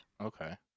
Okay